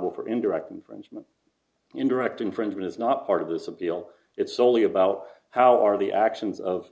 liable for indirect infringement indirect infringement is not part of this appeal it's soley about how are the actions of